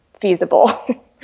feasible